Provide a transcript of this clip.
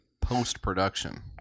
post-production